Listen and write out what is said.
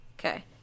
Okay